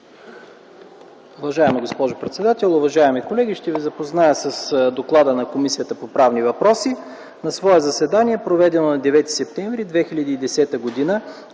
Уважаема госпожо председател, уважаеми колеги! Ще ви запозная с Доклада на Комисията по правни въпроси: „На свое заседание, проведено на 9 септември 2010 г.,